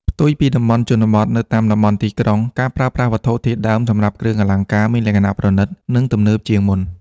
ផ្ទុយពីតំបន់ជនបទ នៅតាមតំបន់ទីក្រុង ការប្រើប្រាស់វត្ថុធាតុដើមសម្រាប់គ្រឿងអលង្ការមានលក្ខណៈប្រណិត និងទំនើបជាងមុន។